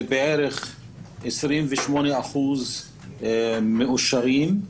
זה בערך 28% מאושרים.